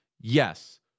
Yes